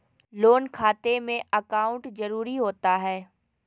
Loan खाते में account जरूरी होता है?